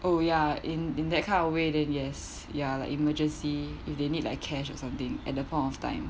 oh ya in in that kind of way than yes ya like emergency if they need like cash or something at the point of time